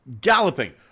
galloping